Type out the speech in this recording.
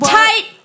tight